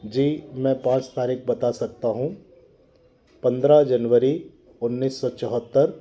जी मैं पाँच तारीख बता सकता हूँ पंद्रह जनवरी उन्नीस सौ चौहत्तर